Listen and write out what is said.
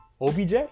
OBJ